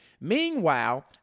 Meanwhile